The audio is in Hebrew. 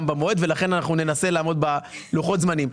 גם במועד ולכן אנחנו ננסה לעמוד בלוחות הזמנים.